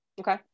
okay